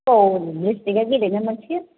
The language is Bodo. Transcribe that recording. सलिड बेबो गेलेनो मोनसिगोन